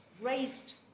raised